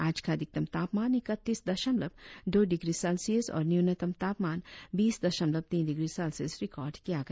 आज का अधिकतम तापमान इकतीस दशमलव दो डिग्री सेल्सियस और न्यूनतम तापमान बीस दशमलव तीन डिग्री सेल्सियस रिकार्ड किया गया